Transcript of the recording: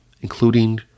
including